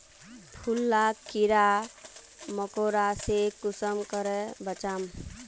फूल लाक कीड़ा मकोड़ा से कुंसम करे बचाम?